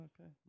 Okay